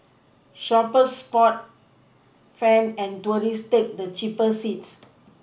shoppers sport fan and tourist take the cheaper seats